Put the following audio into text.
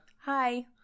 hi